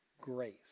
grace